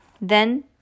Then